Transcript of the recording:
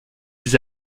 des